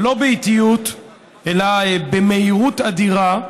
לא באיטיות אלא במהירות אדירה,